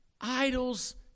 idols